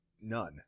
none